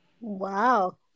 wow